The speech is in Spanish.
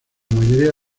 mayoría